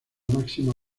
máxima